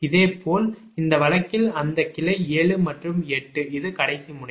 இதேபோல் இந்த வழக்கில் அந்த கிளை 7 மற்றும் 8 இது கடைசி முனை